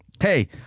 hey